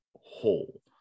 whole